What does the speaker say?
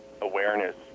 awareness